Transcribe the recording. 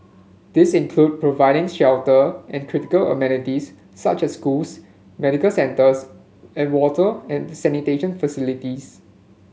this include providing shelter and critical amenities such as schools medical centres and water and sanitation facilities